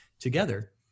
together